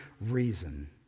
reason